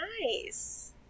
Nice